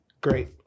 great